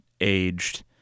aged